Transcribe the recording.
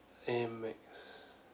AMEX